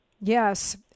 Yes